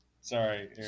Sorry